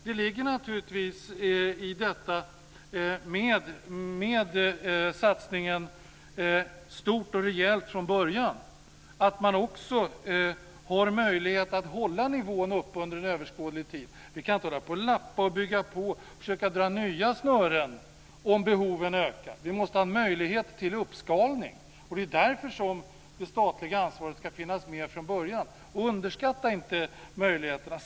Det finns naturligtvis med i satsningen från början att man har möjlighet att hålla nivån uppe under en överskådlig tid. Vi kan inte hålla på att lappa, bygga på och försöka dra nya snören om behoven ökar. Vi måste ha möjlighet till uppskalning. Det är därför som det statliga ansvaret ska finnas med från början. Underskatta inte möjligheterna!